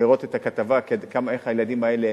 לראות את הכתבה איך הילדים האלה